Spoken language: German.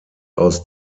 aus